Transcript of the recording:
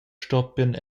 stoppien